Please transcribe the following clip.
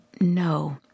no